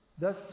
Thus